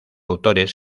autores